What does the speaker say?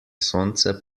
sonce